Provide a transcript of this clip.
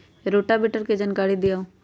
Rotavator के जानकारी दिआउ?